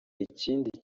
ikindi